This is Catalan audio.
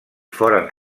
foren